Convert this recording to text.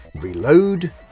reload